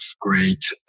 great